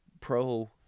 Pro